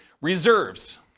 reserves